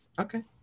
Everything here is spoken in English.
Okay